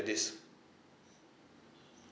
disc